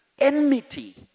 enmity